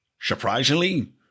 surprisingly